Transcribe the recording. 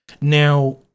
Now